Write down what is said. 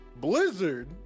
blizzard